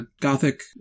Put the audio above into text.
gothic